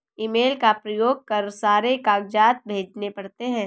email का प्रयोग कर सारे कागजात भेजने पड़ते हैं